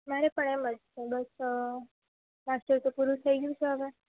મારે પણ એમ જ છે બસ માસ્ટર તો પૂરું થઈ ગ્યું છે હવે